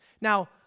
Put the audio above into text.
Now